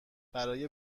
برای